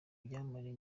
byamamare